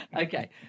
Okay